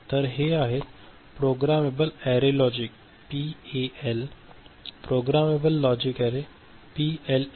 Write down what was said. तर ते आहेत programmable array logic PAL programmable logic array PLA